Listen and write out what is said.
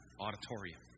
auditorium